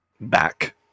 back